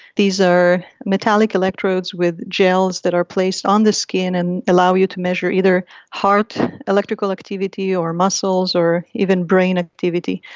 these are metallic electrodes with gels that are placed on the skin and allow you to measure either heart electrical activity or muscles or even brain activity.